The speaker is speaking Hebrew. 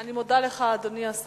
אני מודה לך, אדוני השר.